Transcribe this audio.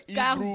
car